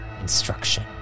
instruction